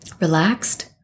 Relaxed